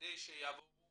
כדי שיבואו